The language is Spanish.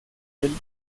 del